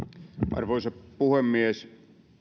arvoisa puhemies